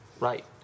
Right